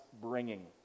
bringing